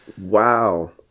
Wow